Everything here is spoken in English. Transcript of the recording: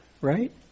Right